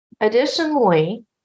Additionally